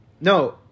No